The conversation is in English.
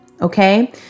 Okay